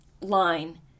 line